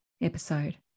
episode